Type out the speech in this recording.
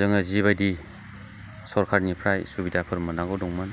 जोङो जिबादि सरखारनिफ्राय सुबिदाफोर मोननांगौ दंमोन